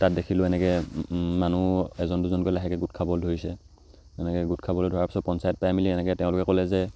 তাত দেখিলোঁ এনেকৈ মানুহ এজন দুজনকৈ লাহেকৈ গোট খাবলৈ ধৰিছে এনেকৈ গোট খাবলৈ ধৰা পিছত পঞ্চায়ত পাই মেলি এনেকৈ তেওঁলোকে ক'লে যে